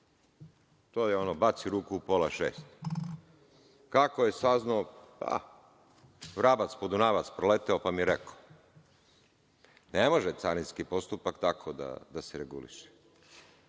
To je ono, baci ruku u pola šest. Kako je saznao? Vrabac-Podunavac proleteo pa mi rekao. Ne može carinski postupak tako da se reguliše.